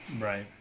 Right